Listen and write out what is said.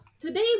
today